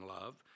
love